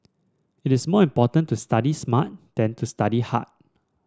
it is more important to study smart than to study hard